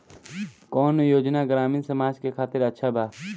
कौन योजना ग्रामीण समाज के खातिर अच्छा बा?